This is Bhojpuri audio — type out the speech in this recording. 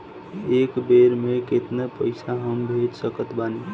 एक बेर मे केतना पैसा हम भेज सकत बानी?